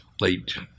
late